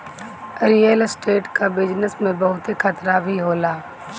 real estate कअ business में बहुते खतरा भी होला